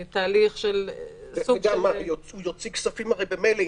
סוג --- הוא הרי יוציא כספים ממילא.